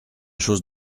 chose